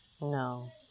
no